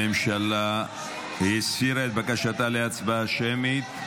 הממשלה הסירה את בקשתה להצבעה שמית.